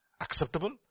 acceptable